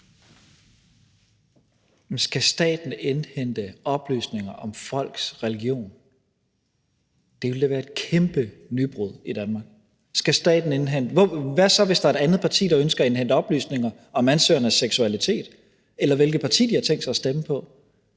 skal staten indhente oplysninger om folks religion? Det ville da være et kæmpe nybrud i Danmark. Hvad så, hvis der er et andet partiet, der ønsker at indhente oplysninger om ansøgernes seksualitet, eller hvilket parti de har tænkt sig at stemme på?